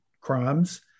crimes